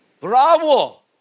Bravo